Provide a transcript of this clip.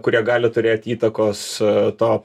kurie gali turėt įtakos to